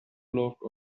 look